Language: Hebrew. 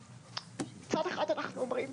מצד אחד אנחנו אומרים